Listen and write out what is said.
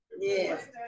Yes